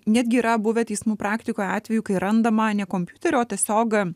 netgi yra buvę teismų praktikoje atvejų kai randama ne kompiutery o tiesiog